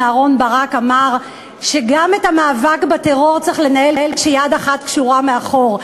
אמר שגם את המאבק בטרור צריך לנהל כשיד אחת קשורה מאחור.